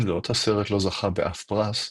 עם זאת הסרט לא זכה באף פרס,